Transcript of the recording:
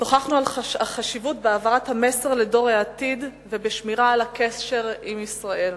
שוחחנו על החשיבות בהעברת המסר לדור העתיד ובשמירה על הקשר עם ישראל.